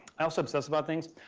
i'm so obsessed about things.